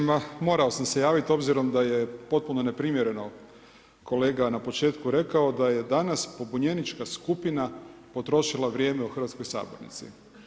Ma, morao sam se javiti obzirom da je potpuno neprimjereno kolega na početku rekao da je danas pobunjenička skupina potrošila vrijeme u hrvatskoj sabornici.